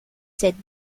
sept